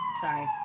sorry